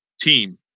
team